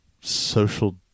social